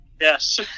yes